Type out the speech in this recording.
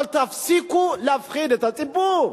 אבל תפסיקו להפחיד את הציבור.